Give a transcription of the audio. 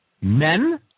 men